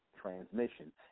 transmission